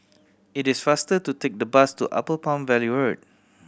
it is faster to take the bus to Upper Palm Valley Road